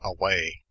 away